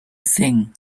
thing